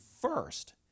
first